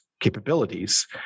capabilities